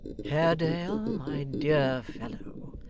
haredale, my dear fellow,